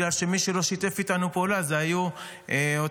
כי מי שלא שיתפו איתנו פעולה היו אותם